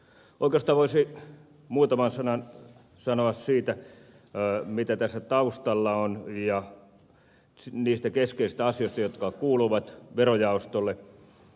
oikeastaan voisi muutaman sanan sanoa siitä mitä tässä taustalla on ja niistä keskeisistä asioista jotka kuuluvat verojaostolle